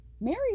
Mary